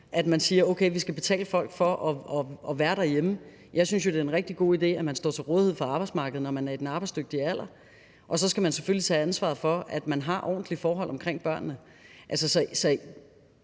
at man siger: Okay, vi skal betale folk for at være derhjemme. Jeg synes jo, det er en rigtig god idé, at man står til rådighed for arbejdsmarkedet, når man er i den arbejdsdygtige alder, og så skal man selvfølgelig tage ansvaret for, at man har ordentlige forhold omkring børnene.